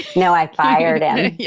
no, i fired and yeah